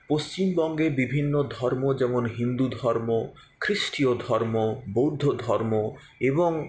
পশ্চিমবঙ্গে বিভিন্ন ধর্ম যেমন হিন্দুধর্ম খ্রিস্টীয় ধর্ম বৌদ্ধ ধর্ম এবং